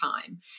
time